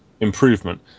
improvement